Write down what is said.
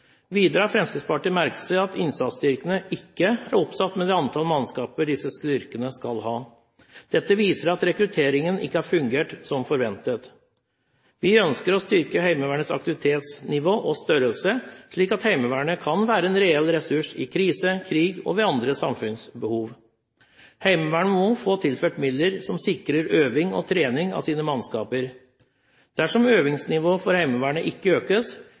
Videre har Fremskrittspartiet merket seg at innsatsstyrkene ikke er oppsatt med det antall mannskaper disse styrkene skal ha. Dette viser at rekrutteringen ikke har fungert som forventet. Vi ønsker å styrke Heimevernets aktivitetsnivå og størrelse, slik at Heimevernet kan være en reell ressurs i krise, krig og ved andre samfunnsbehov. Heimevernet må få tilført midler som sikrer øving og trening av sine mannskaper. Dersom øvingsnivået for Heimevernet ikke økes,